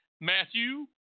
Matthew